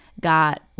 got